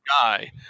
guy